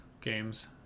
games